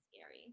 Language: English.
scary